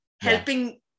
helping